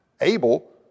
Abel